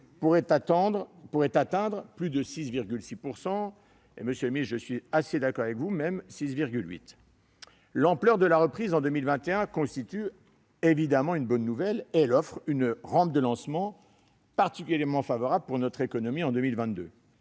pourrait atteindre plus de 6,6 %, et même 6,8 %- monsieur le ministre, je suis plutôt d'accord avec vous sur ce point. L'ampleur de la reprise en 2021 constitue évidemment une bonne nouvelle et elle offre une rampe de lancement particulièrement favorable pour l'économie en 2022.